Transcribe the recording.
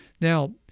Now